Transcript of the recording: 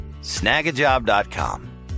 snagajob.com